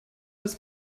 des